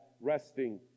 resting